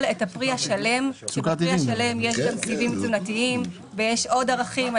את הפרי השלם כי בפרי השלם יש גם סיבים תזונתיים ויש עוד ערכים.